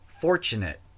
fortunate